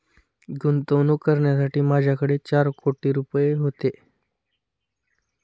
गुंतवणूक करण्यासाठी माझ्याकडे चार कोटी रुपये होते